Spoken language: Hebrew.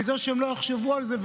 מזה שהם לא יחשבו על זה,